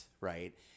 right